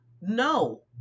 No